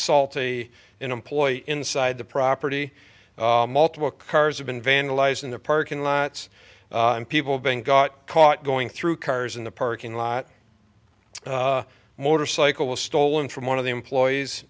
salty employee inside the property multiple cars have been vandalized in the parking lots and people being got caught going through cars in the parking lot motorcycle was stolen from one of the employees